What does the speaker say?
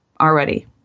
already